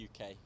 UK